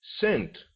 sent